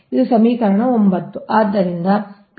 ಇದು ಸಮೀಕರಣ ೯ ಆಗಿರುತ್ತದೆ